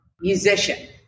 musician